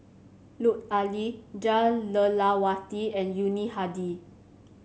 Lut Ali Jah Lelawati and Yuni Hadi